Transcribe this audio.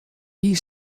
wie